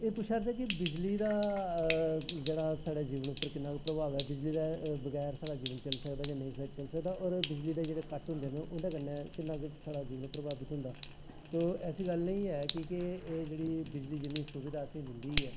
एह् पुच्छा दे कि बिजली दा साढ़े जीवन उप्पर किन्ना प्रभाव ऐ बिजली दै बगैर साढ़ा जीवन चली सकदा जां नेईं चली सकदे और बिजली दे जेह्ड़े कट्ट होंदे न उंदे कन्नै साढ़ा जीवन किन्ना प्रभावित होंदा एह् गल्ल नी ऐ बिजली जिन्नी सुविधा असेंगी दिंदी ऐ